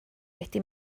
wedi